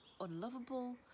unlovable